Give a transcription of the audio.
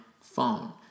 phone